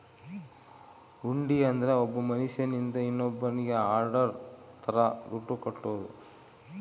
ಹುಂಡಿ ಅಂದ್ರ ಒಬ್ಬ ಮನ್ಶ್ಯನಿಂದ ಇನ್ನೋನ್ನಿಗೆ ಆರ್ಡರ್ ತರ ದುಡ್ಡು ಕಟ್ಟೋದು